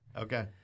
Okay